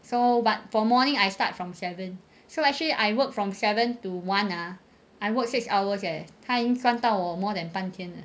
so but for morning I start from seven so actually I work from seven to one ah I work six hours eh 他已经赚到我 more than 半天 eh